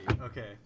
okay